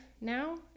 now